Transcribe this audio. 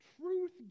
truth